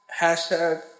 Hashtag